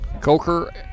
Coker